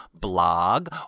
blog